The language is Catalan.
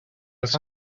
els